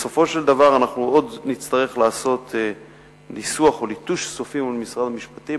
בסופו של דבר עוד נצטרך לעשות ניסוח או ליטוש סופי מול משרד המשפטים.